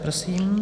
Prosím.